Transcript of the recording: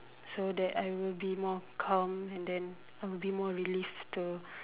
so that I will be more calm and then I will be more relieved to